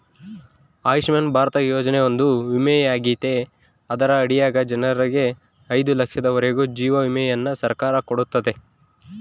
ಆಯುಷ್ಮನ್ ಭಾರತ ಯೋಜನೆಯೊಂದು ವಿಮೆಯಾಗೆತೆ ಅದರ ಅಡಿಗ ಜನರಿಗೆ ಐದು ಲಕ್ಷದವರೆಗೂ ಜೀವ ವಿಮೆಯನ್ನ ಸರ್ಕಾರ ಕೊಡುತ್ತತೆ